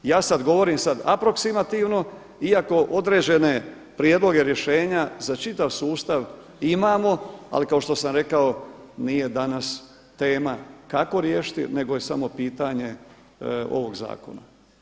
Ja sad govorim sad aproksimativno iako određene prijedloge rješenja za čitav sustav imamo, ali kao što sam rekao nije danas tema kako riješiti, nego je samo pitanje ovog zakona.